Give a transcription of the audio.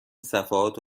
صفحات